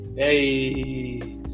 hey